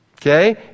Okay